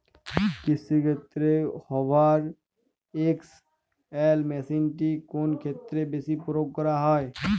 কৃষিক্ষেত্রে Hoover XL মেশিনটি কোন ক্ষেত্রে বেশি প্রয়োগ করা হয়?